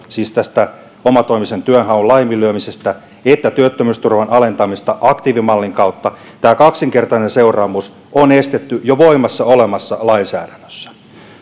siis tästä omatoimisen työnhaun laiminlyömisestä ei seuraisi sekä karenssia että työttömyysturvan alentamista aktiivimallin kautta tämä kaksinkertainen seuraamus on estetty jo voimassa olevassa lainsäädännössä